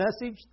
message